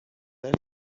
then